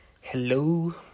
hello